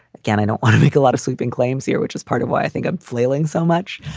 again, i don't want to make a lot of sweeping claims here, which is part of why i think i'm flailing so much.